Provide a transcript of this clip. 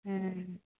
हँ